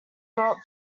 got